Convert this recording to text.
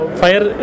fire